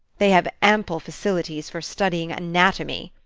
they have ample facilities for studying anatomy,